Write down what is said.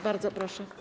Bardzo proszę.